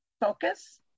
focus